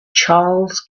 charles